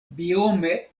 biome